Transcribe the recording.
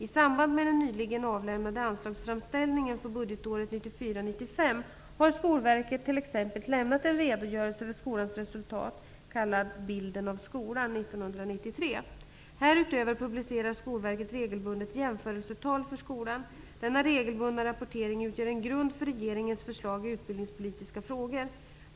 I samband med den nyligen avlämnade anslagsframställningen för budgetåret 1994/95 har Skolverket t.ex. lämnat en redogörelse för skolans resultat, kallad Bilden av skolan 1993. Härutöver publicerar Skolverket regelbundet jämförelsetal för skolan. Denna regelbundna rapportering utgör en grund för regeringens förslag i utbildningspolitiska frågor.